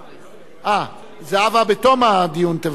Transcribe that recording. אה, זהבה בתום הדיון תברך.